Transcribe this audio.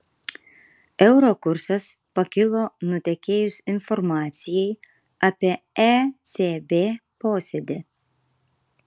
euro kursas pakilo nutekėjus informacijai apie ecb posėdį